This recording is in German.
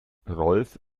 rolf